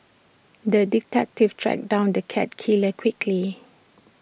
the detective tracked down the cat killer quickly